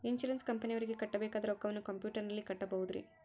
Insurance ಕಂಪನಿಯವರಿಗೆ ಕಟ್ಟಬೇಕಾದ ರೊಕ್ಕವನ್ನು ಕಂಪ್ಯೂಟರನಲ್ಲಿ ಕಟ್ಟಬಹುದ್ರಿ?